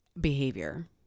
behavior